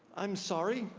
i'm sorry.